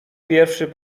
pierwszy